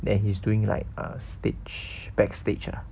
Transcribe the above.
then he's doing like stage backstage ah